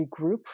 regroup